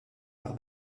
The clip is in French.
par